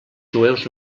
jueus